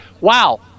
wow